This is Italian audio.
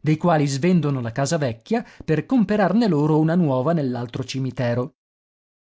dei quali svendono la casa vecchia per comperarne loro una nuova nell'altro cimitero